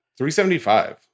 375